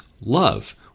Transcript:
love